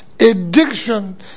Addiction